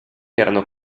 erano